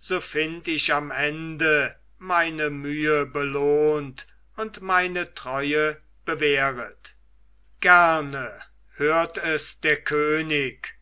so find ich am ende meine mühe belohnt und meine treue bewähret gerne hört es der könig